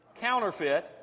counterfeit